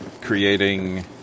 creating